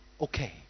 okay